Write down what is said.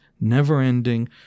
never-ending